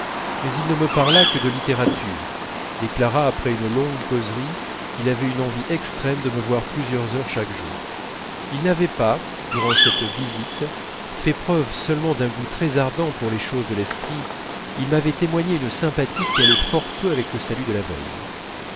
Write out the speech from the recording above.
mais il ne me parla que de littérature déclara après une longue causerie qu'il avait une envie extrême de me voir plusieurs heures chaque jour il n'avait pas durant cette visite fait preuve seulement d'un goût très ardent pour les choses de l'esprit il m'avait témoigné une sympathie qui allait fort peu avec le salut de la veille